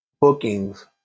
bookings